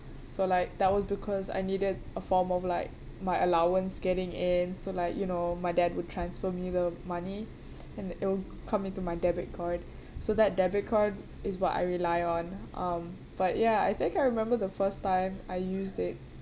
so like that was because I needed a form of like my allowance getting in so like you know my dad would transfer me the money and it'll come into my debit card so that debit card is what I rely on um but ya I think I remember the first time I used it